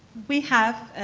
we have.